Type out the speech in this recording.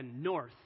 north